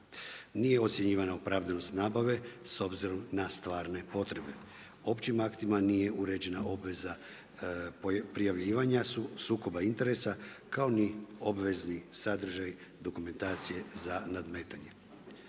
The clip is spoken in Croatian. Nije ocjenjivana opravdanost nabave s obzirom na stvarne potrebe. Općim aktima nije uređena obveza prijavljivanja sukoba interesa kao ni obvezni sadržaji dokumentacije za nadmetanje.